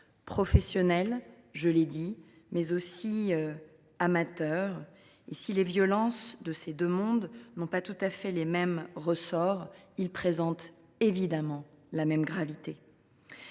professionnel comme amateur. Si les violences de ces deux mondes n’ont pas tout à fait les mêmes ressorts, elles présentent, évidemment, la même gravité.